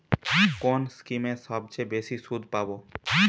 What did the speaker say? কোন স্কিমে সবচেয়ে বেশি সুদ পাব?